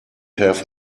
have